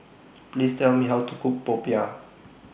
Please Tell Me How to Cook Popiah